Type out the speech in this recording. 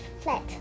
flat